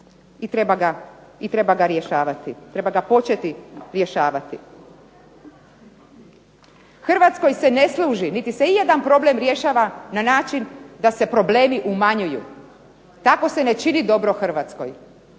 i treba ga rješavati, treba ga početi rješavati. Hrvatskoj se ne služi niti se i jedan problem rješava na način da se problemi umanjuju. Tako se ne čini dobro Hrvatskoj.